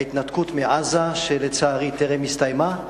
ההתנתקות מעזה, שלצערי טרם הסתיימה.